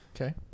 Okay